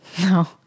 No